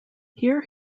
here